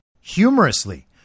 humorously